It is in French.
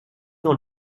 dans